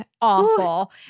awful